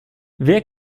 wer